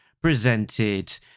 presented